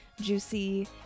juicy